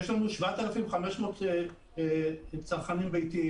זה לא רק עניין של העומק של הצינור וכל מיני דברים כאלה,